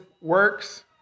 works